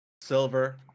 silver